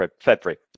february